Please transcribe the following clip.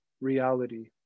reality